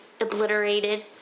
obliterated